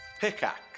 Pickaxe